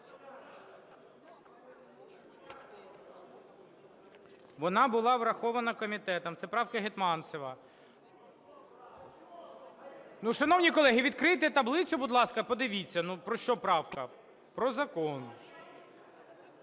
Вона була врахована комітетом, це правка Гетманцева. (Шум у залі) Ну, шановні колеги, відкрийте таблицю, будь ласка, подивіться. Ну, про що правка? Про закон.